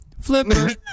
Flipper